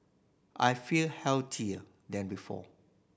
I feel healthier than before